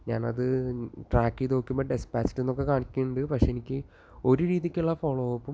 ഞാനത് ട്രാക്ക് ചെയ്ത് നോക്കുമ്പോൾ ഡിസ്പാച്ച്ഡ് എന്നൊക്കെ കാണിക്കുന്നുണ്ട് പക്ഷേ എനിക്ക് ഒരു രീതിക്കുള്ള ഫോളോ അപ്പും